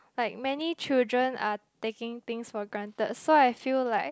like many children are taking things for granted so I feel like